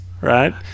right